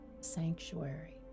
sanctuary